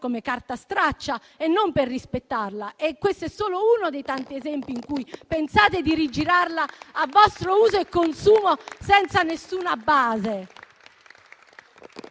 come carta straccia e non rispettarla. E questo è solo uno dei tanti esempi in cui pensate di rigirarla a vostro uso e consumo, senza nessuna base.